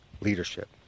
leadership